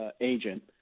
agent